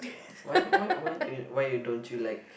why why why do you why you don't you like